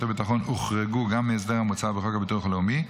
הביטחון הוחרגו גם מההסדר המוצע בחוק הביטוח הלאומי,